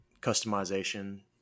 customization